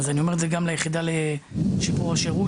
אני אומר את זה גם ליחידה לשיפור השירות,